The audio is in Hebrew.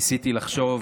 ניסיתי לחשוב